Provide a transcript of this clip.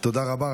תודה רבה.